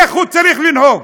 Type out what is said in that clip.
איך הוא צריך לנהוג?